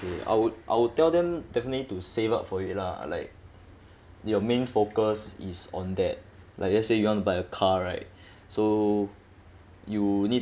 K I would I would tell them definitely to save up for it lah like their main focus is on that like let's say you want to buy a car right so you need